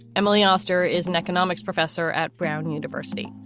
emily oster is an economics professor at brown university.